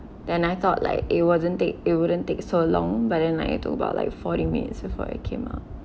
then I thought like it wasn't take it wouldn't take so long but then like it took about like forty minutes before it came up